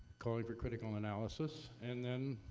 calling for critical analysis. and then,